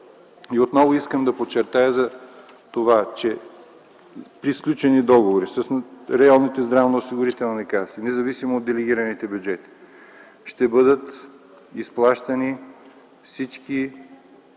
Отново искам да подчертая, че при сключени договори с районните здравноосигурителни каси, независимо от делегираните бюджети, ще бъдат изплащани всички